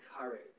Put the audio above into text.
courage